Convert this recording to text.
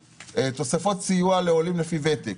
תוספות סיוע לעולים לפי ותק.